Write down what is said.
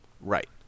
Right